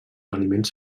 aliments